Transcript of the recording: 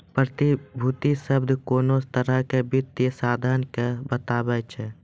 प्रतिभूति शब्द कोनो तरहो के वित्तीय साधन के बताबै छै